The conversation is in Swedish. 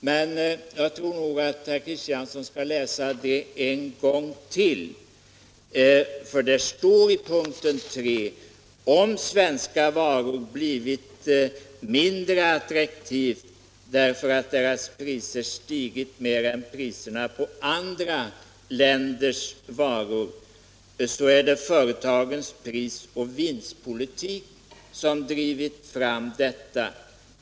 Men jag tror att herr Kristiansson skall läsa det en gång till, för det står så här ipk ”Om svenska varor blivit mindre attraktiva därför att deras priser stigit mer än priserna på andra länders varor, så är det företagens prisoch vinstpolitik som drivit fram detta.